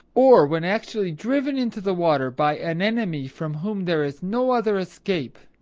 or when actually driven into the water by an enemy from whom there is no other escape?